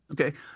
okay